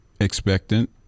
expectant